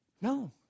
No